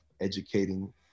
educating